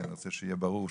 כי אני רוצה שיהיה ברור,